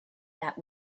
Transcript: that